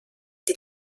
die